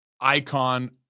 Icon